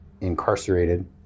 incarcerated